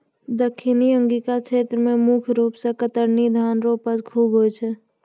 दक्खिनी अंगिका क्षेत्र मे मुख रूप से कतरनी धान रो उपज खूब होय छै